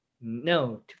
No